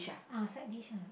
ah side dish ah